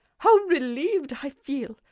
how relieved i feel!